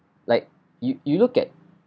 like you you look at